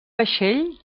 vaixell